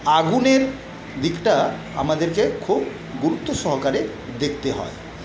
আগুনের দিকটা আমাদেরকে খুব গুরুত্ব সহকারে দেখতে হয়